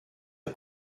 the